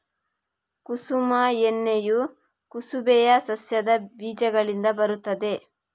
ಕುಸುಮ ಎಣ್ಣೆಯು ಕುಸುಬೆಯ ಸಸ್ಯದ ಬೀಜಗಳಿಂದ ಬರುತ್ತದೆ